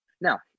Now